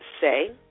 say